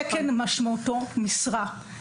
תקן משמעותו משרה.